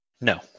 No